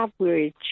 average